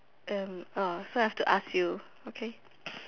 um uh so I have to ask you okay